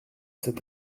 cet